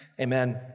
Amen